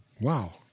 Wow